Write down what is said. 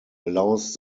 allows